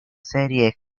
serie